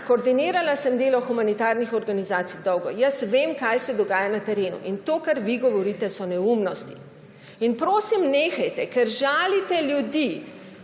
koordinirala delo humanitarnih organizacij. Jaz vem, kaj se dogaja na terenu. In to, kar vi govorite, so neumnosti. In prosim, nehajte, ker žalite ljudi,